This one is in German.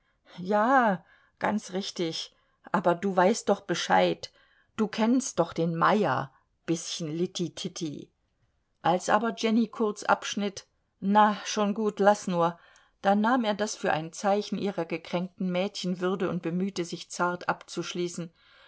ja ganz richtig aber du weißt doch bescheid du kennst doch den meyer bißchen litti titti als aber jenny kurz abschnitt na schon gut laß nur da nahm er das für ein zeichen ihrer gekränkten mädchenwürde und bemühte sich zart abzuschließen